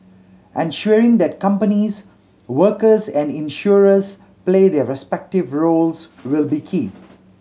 ensuring that companies workers and insurers play their respective roles will be key